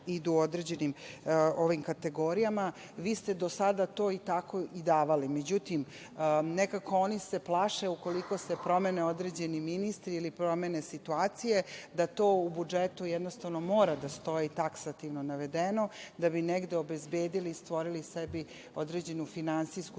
idu ovim određenim kategorijama. Vi ste do sada to tako i davali, međutim, nekako se oni plaše, ukoliko se promene određeni ministri ili promene situacije, da to u budžetu morati da stoji taksativno navedeno, da bi negde obezbedili i stvorili sebi određenu finansijsku